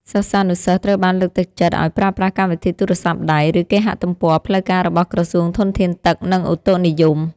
សិស្សានុសិស្សត្រូវបានលើកទឹកចិត្តឱ្យប្រើប្រាស់កម្មវិធីទូរស័ព្ទដៃ ឬគេហទំព័រផ្លូវការរបស់ក្រសួងធនធានទឹក និងឧតុនិយម។